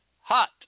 hot